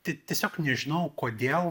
t tiesiog nežinau kodėl